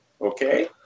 okay